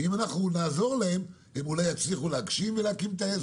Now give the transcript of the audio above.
ואם אנחנו נעזור להם הם אולי יצליחו להגשים ולהקים את העסק,